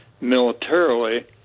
militarily